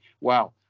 Wow